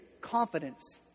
confidence